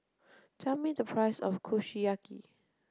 tell me the price of Kushiyaki